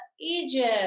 Egypt